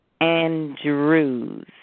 Andrews